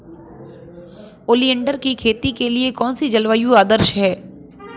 Oleander की खेती के लिए कौन सी जलवायु आदर्श है?